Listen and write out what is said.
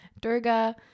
Durga